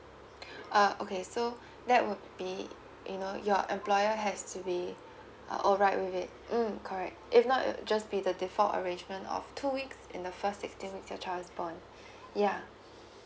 ah okay so that would be you know your employer has to be are alright with it mm correct if not it just be the default arrangement of two weeks in the first sixteen weeks your child is born yeah